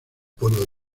pueblo